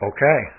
Okay